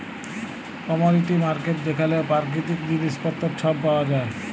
commodity market যেখালে পাকিতিক জিলিস পত্তর ছব পাউয়া যায়